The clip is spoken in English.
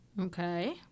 Okay